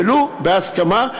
ולו בהסכמה,